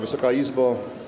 Wysoka Izbo!